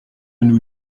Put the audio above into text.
nous